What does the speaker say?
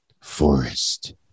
forest